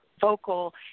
vocal